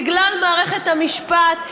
בגלל מערכת המשפט,